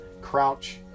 crouch